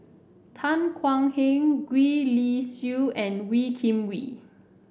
Tan Thuan Heng Gwee Li Sui and Wee Kim Wee